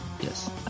yes